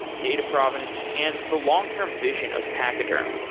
data provenance and the long-term vision of pachyderm.